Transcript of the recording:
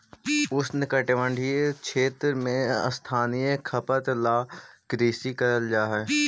उष्णकटिबंधीय क्षेत्र में स्थानीय खपत ला कृषि करल जा हई